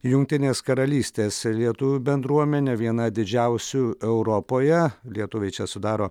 jungtinės karalystės lietuvių bendruomenė viena didžiausių europoje lietuviai čia sudaro